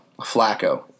Flacco